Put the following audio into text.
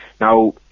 now